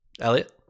Elliot